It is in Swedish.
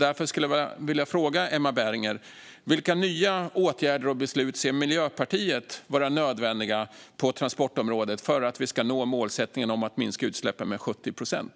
Därför vill jag fråga Emma Berginger: Vilka nya åtgärder och beslut anser Miljöpartiet är nödvändiga på transportområdet för att vi ska nå målet att minska utsläppen med 70 procent?